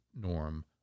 norm